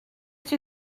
two